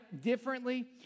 differently